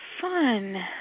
Fun